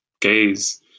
gaze